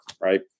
right